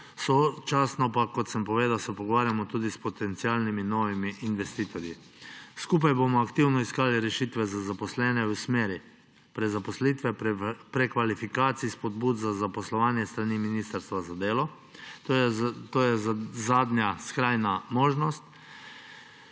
sočasno pa, kot sem povedal, se pogovarjamo tudi s potencialnimi novimi investitorji. Skupaj bomo aktivno iskali rešitve za zaposlene v smeri prezaposlitve, prekvalifikacij, spodbud za zaposlovanje s strani ministrstva za delo. To je zadnja skrajna možnost.